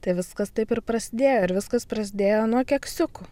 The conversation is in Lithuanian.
tai viskas taip ir prasidėjo ir viskas prasidėjo nuo keksiukų